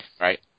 right